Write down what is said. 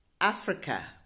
Africa